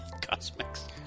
Cosmics